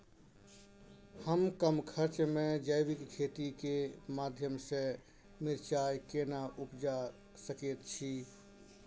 हम कम खर्च में जैविक खेती के माध्यम से मिर्चाय केना उपजा सकेत छी?